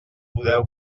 podeu